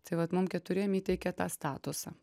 tai vat mum keturiem įteikė tą statusą